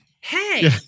Hey